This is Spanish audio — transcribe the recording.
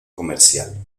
comercial